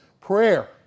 prayer